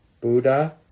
Buddha